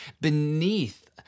beneath